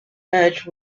merge